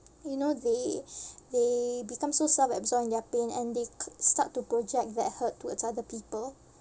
you know they they become so self-absorbed in their pain and they start to project that hurt towards other people